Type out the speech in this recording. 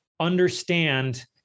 understand